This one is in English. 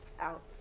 out